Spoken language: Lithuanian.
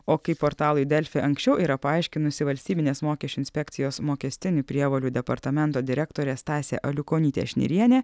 o kaip portalui delfi anksčiau yra paaiškinusi valstybinės mokesčių inspekcijos mokestinių prievolių departamento direktorė stasė aliukonytė šnirienė